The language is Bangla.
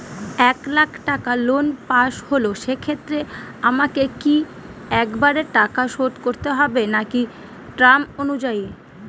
এক লাখ টাকা লোন পাশ হল সেক্ষেত্রে আমাকে কি একবারে টাকা শোধ করতে হবে নাকি টার্ম অনুযায়ী?